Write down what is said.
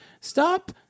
stop